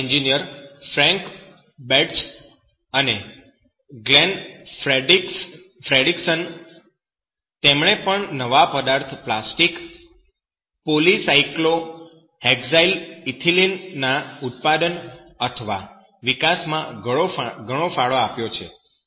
chemical engineers Frank Bates અને Glenn Fredrickson તેમણે પણ નવા પારદર્શક પ્લાસ્ટિક પોલિસાયક્લોહેક્સાઈલ ઈથિલિન ના ઉત્પાદન અથવા વિકાસમાં ઘણો ફાળો આપ્યો છે